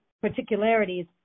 particularities